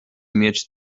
mieć